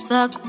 Fuck